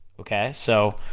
okay? so,